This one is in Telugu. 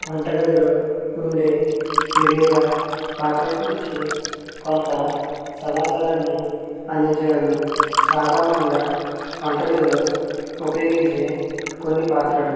వంట గదిలో ఉండే వివిధ పాత్రలు గురించి కొంత సమాచారాన్ని అందించగలను సాధారణంగా వంట గదిలో ఉపయోగించే కొన్ని పాత్రలు